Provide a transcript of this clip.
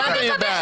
מה זה מי בעד?